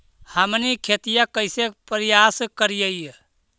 हमनी खेतीया कइसे परियास करियय?